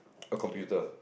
a computer